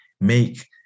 make